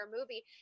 movie